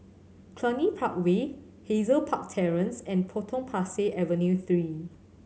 Cluny Park Way Hazel Park Terrace and Potong Pasir Avenue Three